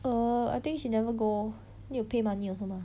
err I think she never go need to pay money also mah